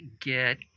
get